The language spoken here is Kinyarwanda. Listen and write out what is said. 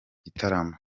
gitaramo